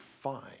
fine